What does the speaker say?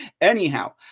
Anyhow